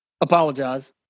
Apologize